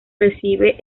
recibe